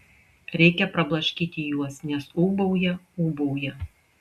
reikia prablaškyti juos nes ūbauja ūbauja